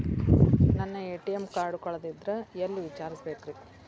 ನನ್ನ ATM card ಕಳದದ್ರಿ ಎಲ್ಲಿ ವಿಚಾರಿಸ್ಬೇಕ್ರಿ?